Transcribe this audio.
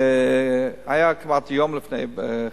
היה כמעט יום לפני חתימה,